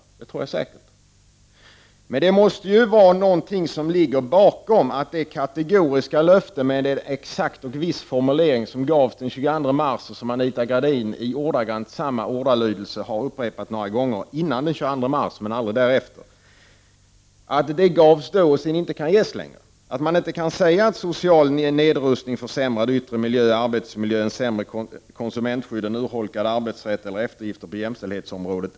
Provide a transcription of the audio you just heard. Ja, det tror jag säkert. Men det måste ligga något bakom det faktum att det kategoriska besked med en alldeles speciell formulering som gavs den 22 mars och som Anita Gradin ordagrant har återgett några gånger före den 22 mars men aldrig efter detta datum inte längre kan ges. Man kan alltså inte upprepa att vi inte är beredda att betala i form av social nedrustning, försämrad yttre miljö och arbetsmiljö, sämre konsumentskydd, urholkad arbetsrätt eller eftergifter på jämställdhetsområdet.